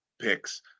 picks